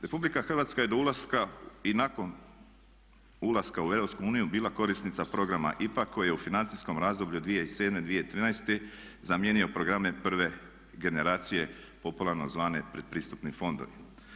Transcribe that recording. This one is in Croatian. RH je do ulaska i nakon ulaska u EU bila korisnica programa IPA koji je u financijskom razdoblju od 2007.-2013.zamijenio programe prve generacije popularno zvane pretpristupni fondovi.